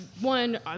One